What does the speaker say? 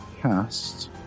cast